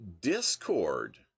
Discord